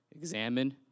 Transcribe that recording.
examine